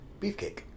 Beefcake